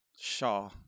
Shaw